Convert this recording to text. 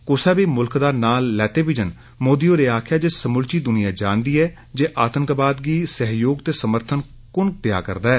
कुसै बी मुल्ख दा नां लैते बिजन मोदी होरें आक्खेआ जे समूलची दुनिया जानदी ऐ जे आतंकवाद गी सैह्योग ते समर्थन कु'न करै करदा ऐ